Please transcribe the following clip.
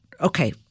okay